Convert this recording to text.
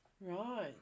right